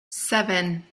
seven